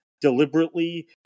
deliberately